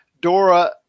Dora